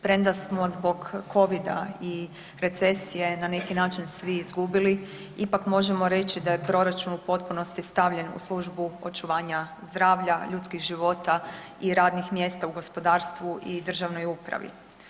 Premda smo zbog covida i recesije na neki način svi izgubili, ipak možemo reći da je proračun u potpunosti stavljen u službu očuvanja zdravlja, ljudskih života i radnih mjesta u gospodarstvu i državnoj upravi.